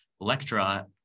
Electra